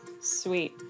Sweet